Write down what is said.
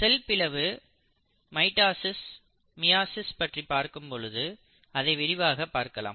செல் பிளவு mitosis meiosis பற்றி பார்க்கும் பொழுது அதை விரிவாக பார்க்கலாம்